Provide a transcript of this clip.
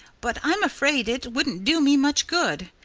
but i'm afraid it wouldn't do me much good.